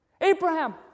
Abraham